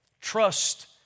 Trust